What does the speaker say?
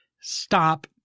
Stop